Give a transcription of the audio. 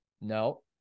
no